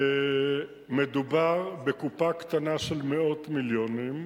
מדובר בקופה קטנה של מאות מיליונים.